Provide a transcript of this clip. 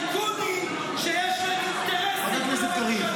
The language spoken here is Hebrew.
טייקונים שיש להם אינטרסים אצל הממשלה.